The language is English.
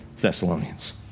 Thessalonians